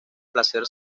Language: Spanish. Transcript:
placer